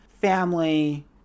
family